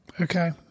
Okay